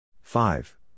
Five